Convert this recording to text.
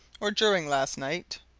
or during last night?